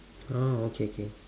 oh okay okay